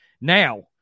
now